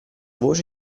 voce